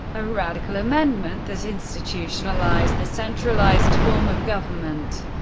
a radical amendment that institutionalized the centralized form of government.